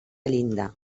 llinda